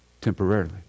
temporarily